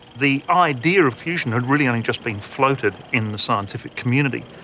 the idea of fusion had really only just been floated in the scientific community,